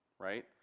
right